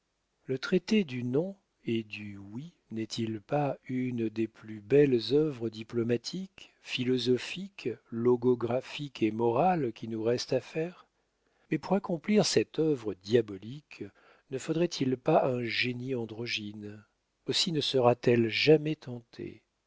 le traité du non et du oui n'est-il pas une des plus belles œuvres diplomatiques philosophiques logographiques et morales qui nous restent à faire mais pour accomplir cette œuvre diabolique ne faudrait-il pas un génie androgyne aussi ne sera-t-elle jamais tentée